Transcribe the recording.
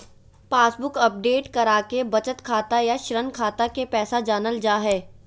passbook update कराके बचत खाता या ऋण खाता के पैसा जानल जा हय